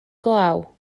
glaw